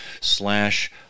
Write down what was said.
slash